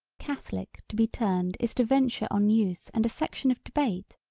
catholic to be turned is to venture on youth and a section of debate,